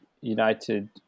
United